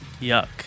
Yuck